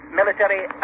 military